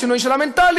לשינוי של המנטליות,